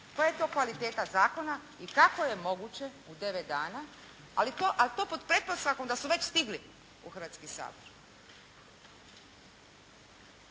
Koja je to kvaliteta zakona i kako je moguće u devet dana a to pod pretpostavkom da su već stigli u Hrvatski sabor